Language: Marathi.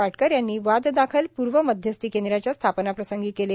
पाटकर यांनी वाद दाखल पूर्व मध्यस्थी केंद्राच्या स्थापना प्रसंगी केले